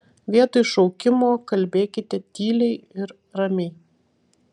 vietoj šaukimo kalbėkite tyliai ir ramiai